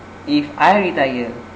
if I retire